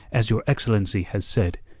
as your excellency has said,